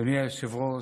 אדוני היושב-ראש,